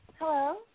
Hello